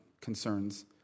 concerns